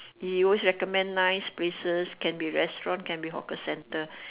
he always recommend nice places can be restaurant can be hawker center